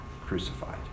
crucified